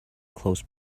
close